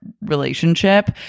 relationship